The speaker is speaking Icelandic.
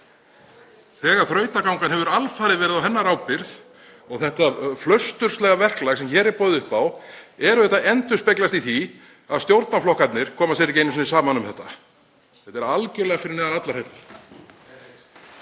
þegar þrautagangan hefur alfarið verið á hennar ábyrgð. Þetta flausturslega verklag sem hér er boðið upp á endurspeglast auðvitað í því að stjórnarflokkarnir koma sér ekki einu sinni saman um þetta. Þetta er algerlega fyrir neðan allar hellur.